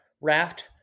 raft